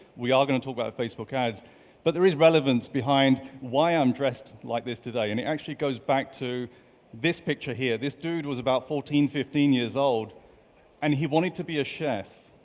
we are going to talk about facebook ads but there is relevance behind why i'm dressed like this today, and it actually goes back to this picture here. this dude was about fourteen, fifteen years old and he wanted to be a chef.